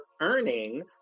earning